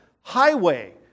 highway